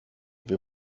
wir